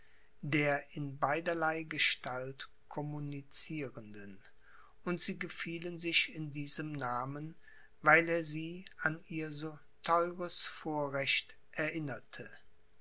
der in beiderlei gestalt communicierenden und sie gefielen sich in diesem namen weil er sie an ihr so theures vorrecht erinnerte